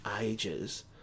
ages